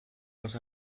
los